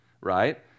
right